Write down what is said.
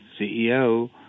CEO